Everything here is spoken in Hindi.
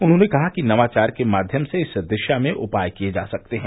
उन्होंने कहा कि नवाचार के माध्यम से इस दिशा में उपाय किए जा सकते हैं